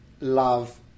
love